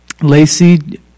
Lacey